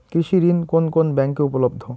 কৃষি ঋণ কোন কোন ব্যাংকে উপলব্ধ?